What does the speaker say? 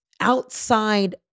outside